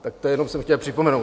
Tak to jenom jsem chtěl připomenout.